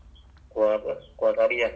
it's hard you know why because